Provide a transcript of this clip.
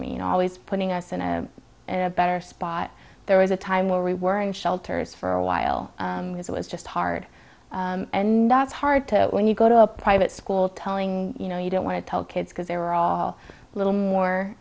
me you know always putting us in a better spot there was a time where we were in shelters for a while because it was just hard and that's hard to when you go to a private school telling you no you don't want to tell kids because they were all little more